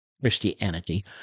Christianity